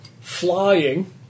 flying